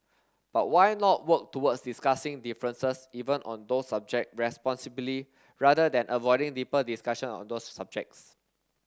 but why not work towards discussing differences even on those subject responsibly rather than avoiding deeper discussion on those subjects